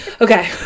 Okay